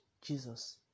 Jesus